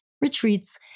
retreats